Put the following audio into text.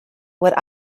what